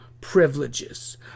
privileges